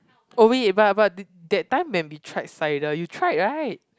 oh wait but but that that time when we tried cider you tried right